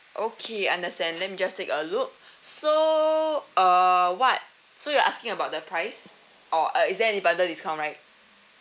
okay understand let me just take a look so uh what so you're asking about the price or uh is there any bundle discount right